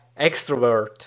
extrovert